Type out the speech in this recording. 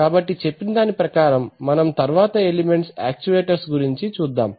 కాబట్టి చెప్పిన దాని ప్రకారం మనం తరువాత ఎలిమెంట్స్ యాక్చువెటొర్స్ గురించి చూద్దాం